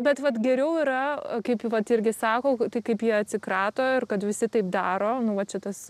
bet vat geriau yra kaip vat irgi sako ka tai kaip jie atsikrato ir kad visi taip daro nu va čia tas